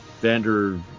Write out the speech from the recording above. Vander